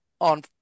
on